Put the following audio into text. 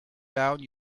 down